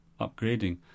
upgrading